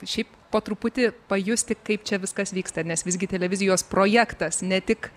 šiaip po truputį pajusti kaip čia viskas vyksta nes visgi televizijos projektas ne tik